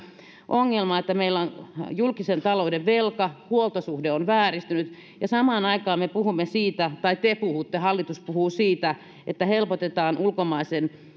ongelma että meillä on julkisen talouden velka huoltosuhde on vääristynyt ja samaan aikaan me puhumme siitä tai te puhutte hallitus puhuu siitä että helpotetaan ulkomaisen